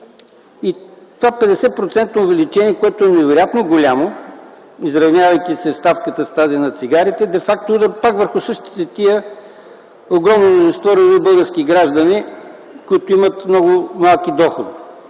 50-процентно увеличение, което е невероятно голямо, изравнявайки ставката с тази на цигарите, де факто пада пак върху същото огромно мнозинство български граждани, които имат много ниски доходи.